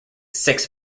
six